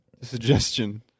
suggestion